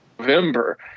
november